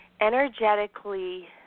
energetically